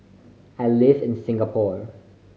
I live in Singapore